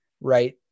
right